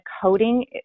coding